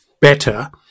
better